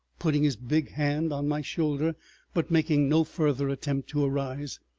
putting his big hand on my shoulder but making no further attempt to arise,